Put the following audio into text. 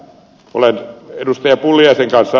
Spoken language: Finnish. olen ed